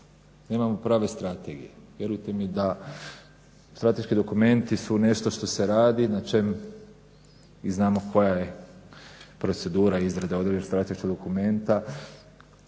nemamo prave strategije. Vjerujte mi da strateški dokumenti su nešto što se radi, na čemu i znamo koja je procedura izrade strateškog dokumenta.